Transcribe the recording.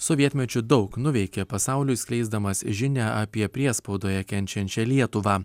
sovietmečiu daug nuveikė pasauliui skleisdamas žinią apie priespaudoje kenčiančią lietuvą